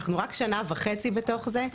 אנחנו רק שנה וחצי בתוך זה,